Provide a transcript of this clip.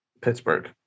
Pittsburgh